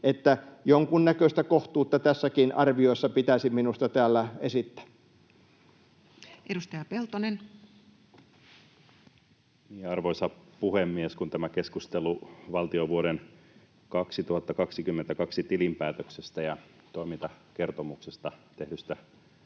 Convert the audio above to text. jonkunnäköistä kohtuutta tässäkin arviossa pitäisi minusta täällä esittää. Edustaja Peltonen. Arvoisa puhemies! Kun tämä keskustelu valtion vuoden 2022 tilinpäätöksestä ja toimintakertomuksesta tehdystä